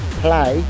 play